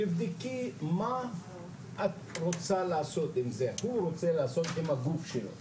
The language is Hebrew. תבדקי מה את רוצה לעשות עם זה או הוא רוצה לעשות עם הגוף שלו.